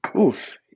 Oof